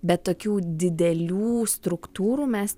bet tokių didelių struktūrų mes